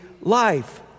life